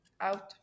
out